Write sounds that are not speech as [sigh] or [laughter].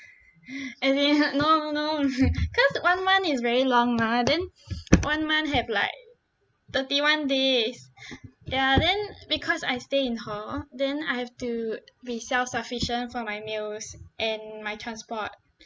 [laughs] as in no no [laughs] cause one month is very long mah then one month have like thirty one days ya then because I stay in hall then I have to be self sufficient for my meals and my transport